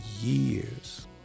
years